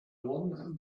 one